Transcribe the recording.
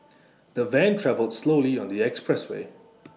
the van travelled slowly on the expressway